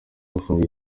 gufunga